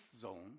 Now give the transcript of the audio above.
zone